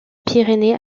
pyrénées